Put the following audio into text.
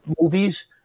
movies